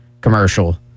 commercial